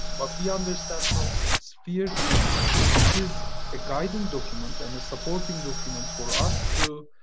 but we understand from so sphere is it is a guiding document and a supporting document for us to, ah,